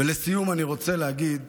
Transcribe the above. ולסיום אני רוצה להגיד,